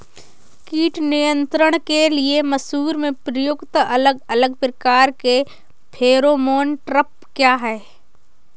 कीट नियंत्रण के लिए मसूर में प्रयुक्त अलग अलग प्रकार के फेरोमोन ट्रैप क्या है?